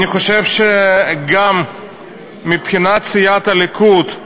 אני חושב שגם מבחינת סיעת הליכוד,